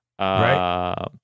Right